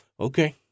Okay